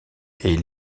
est